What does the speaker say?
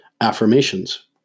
affirmations